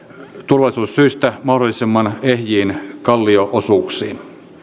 turvallisuussyistä mahdollisimman ehjiin kallio osuuksiin